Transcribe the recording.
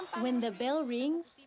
when the bell rings,